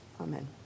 Amen